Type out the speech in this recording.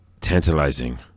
tantalizing